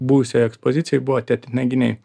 buvusioj ekspozicijoj buvo tie titnaginiai